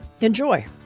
Enjoy